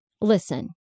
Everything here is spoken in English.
Listen